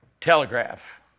telegraph